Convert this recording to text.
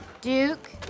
Duke